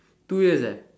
two years eh